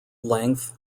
length